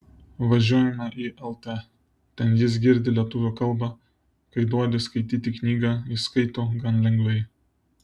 važiuojame į lt ten jis girdi lietuvių kalbą kai duodi skaityti knygą jis skaito gan lengvai